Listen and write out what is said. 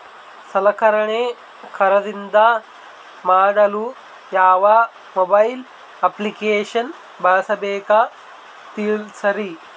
ಸಲಕರಣೆ ಖರದಿದ ಮಾಡಲು ಯಾವ ಮೊಬೈಲ್ ಅಪ್ಲಿಕೇಶನ್ ಬಳಸಬೇಕ ತಿಲ್ಸರಿ?